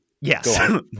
Yes